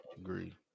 agree